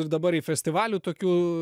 ir dabar į festivalių tokių